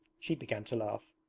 she began to laugh.